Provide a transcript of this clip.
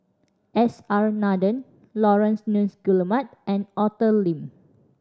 S R Nathan Laurence Nunns Guillemard and Arthur Lim